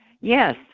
Yes